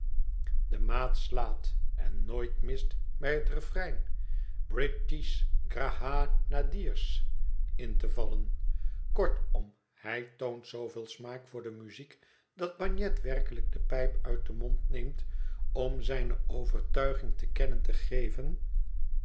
de maat slaat en nooit mist bij het refrein brit ïsh gra a anadiers in te vallen kortom hij toont zooveel smaak voor de muziek dat bagnet werkelijk de pijp uit den mond neemt om zijne overtuiging te kennen te geven